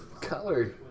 color